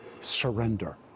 surrender